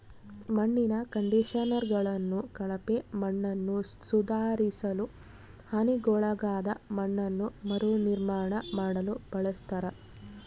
ಮಣ್ಣಿನ ಕಂಡಿಷನರ್ಗಳನ್ನು ಕಳಪೆ ಮಣ್ಣನ್ನುಸುಧಾರಿಸಲು ಹಾನಿಗೊಳಗಾದ ಮಣ್ಣನ್ನು ಮರುನಿರ್ಮಾಣ ಮಾಡಲು ಬಳಸ್ತರ